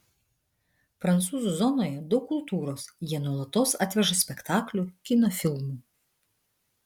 prancūzų zonoje daug kultūros jie nuolatos atveža spektaklių kino filmų